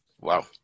Wow